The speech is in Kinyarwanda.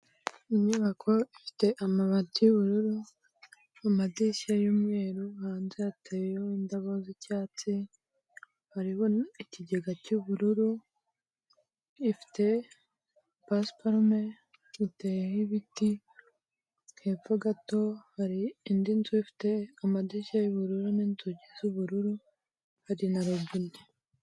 Inyubako ifite amabati y'ubururu mu madirishya y'umweru, hanze hateye indabyo z'icyatsi hariho ikigega cy'ubururu ifite pasiparume iteyeho ibiti, hepfo gato hari indi nzu ifite amadirishya y'ubururu n'inzugi z'ubururu, hari na robine.